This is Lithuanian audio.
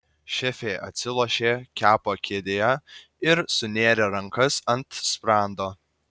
šefė atsilošė kepo kėdėje ir sunėrė rankas ant sprando